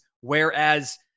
whereas